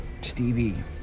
Stevie